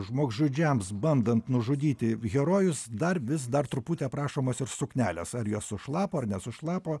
žmogžudžiams bandant nužudyti herojus dar vis dar truputį aprašomos ir suknelės ar jos sušlapo ar nesušlapo